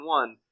one